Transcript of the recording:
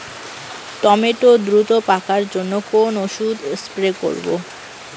Tomato দ্রুত পাকার জন্য কোন ওষুধ স্প্রে করব?